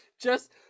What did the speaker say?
Just-